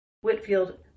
Whitfield